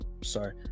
sorry